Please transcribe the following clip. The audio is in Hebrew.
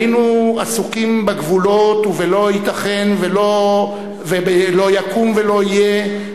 היינו עסוקים בגבולות וב"לא ייתכן" ו"לא יקום ולא יהיה",